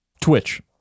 Twitch